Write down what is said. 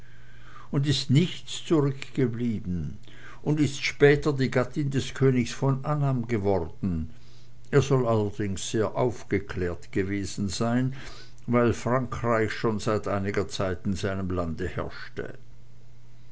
und ist nichts zurückgeblieben und ist später die gattin des königs von annam geworden er soll allerdings sehr aufgeklärt gewesen sein weil frankreich schon seit einiger zeit in seinem lande herrschte